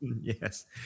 yes